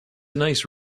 nice